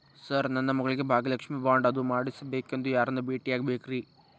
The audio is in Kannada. ಸರ್ ನನ್ನ ಮಗಳಿಗೆ ಭಾಗ್ಯಲಕ್ಷ್ಮಿ ಬಾಂಡ್ ಅದು ಮಾಡಿಸಬೇಕೆಂದು ಯಾರನ್ನ ಭೇಟಿಯಾಗಬೇಕ್ರಿ?